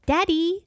Daddy